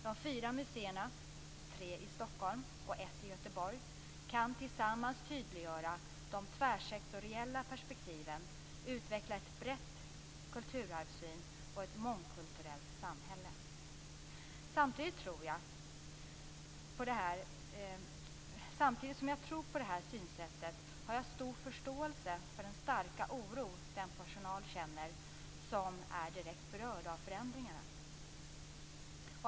De fyra museerna, tre i Stockholm och ett i Göteborg, kan tillsammans tydliggöra de tvärsektoriella perspektiven, utveckla en bred kulturarvssyn och ett mångkulturellt samhälle. Samtidigt som jag tror på detta synsätt, har jag stor förståelse för den starka oro den personal känner som är direkt berörd av förändringarna.